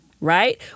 right